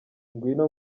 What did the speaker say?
ngwino